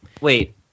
Wait